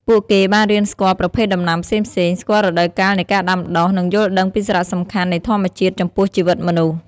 ពួកគេបានរៀនស្គាល់ប្រភេទដំណាំផ្សេងៗ ស្គាល់រដូវកាលនៃការដាំដុះ និងយល់ដឹងពីសារៈសំខាន់នៃធម្មជាតិចំពោះជីវិតមនុស្ស។